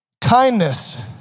kindness